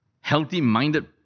healthy-minded